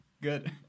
Good